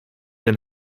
den